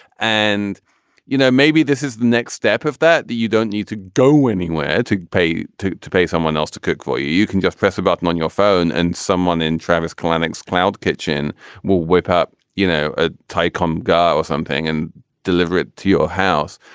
and you know maybe this is the next step of that. you don't need to go anywhere to pay to to pay someone else to cook for you. you can just press a button on your phone and someone in travis clinic's cloud kitchen will whip up you know a tie com guy or something and deliver it to your house.